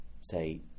say